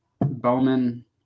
Bowman